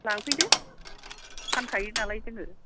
लांफैदो फानखायो नालाय जोङो